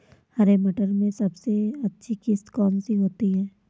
हरे मटर में सबसे अच्छी किश्त कौन सी होती है?